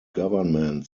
government